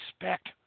expect